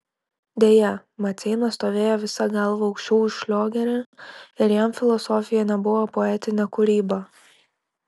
deja maceina stovėjo visa galva aukščiau už šliogerį ir jam filosofija nebuvo poetinė kūryba